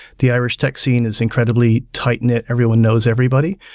the irish tech scene is incredibly tightknit. everyone knows everybody.